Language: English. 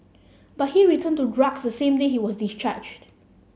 but he returned to drugs the same day he was discharged